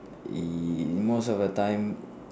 in most of the time